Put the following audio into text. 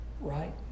right